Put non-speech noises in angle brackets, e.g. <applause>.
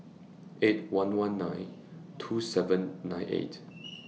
eight one one nine two seven nine eight <noise>